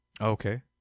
Okay